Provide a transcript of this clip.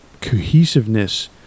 cohesiveness